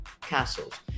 castles